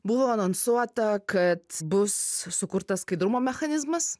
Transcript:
buvo anonsuota kad bus sukurtas skaidrumo mechanizmas